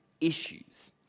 issues